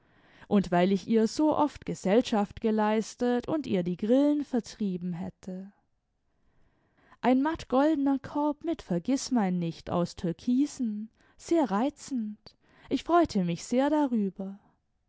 und weil ich ihr so oft gesellschaft geleistet imd ihr die grillen vertrieben hätte ein mattgoldener korb mit vergißmeinnicht aus türkisen sehr reizend ich freute mich sehr darüber